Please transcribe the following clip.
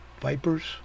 vipers